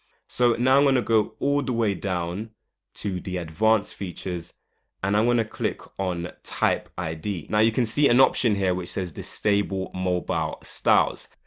so now i'm going to go all the way down to the advanced features and i'm gonna click on type id. now you can see an option here which says disable mobile styles,